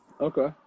Okay